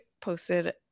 posted